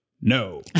no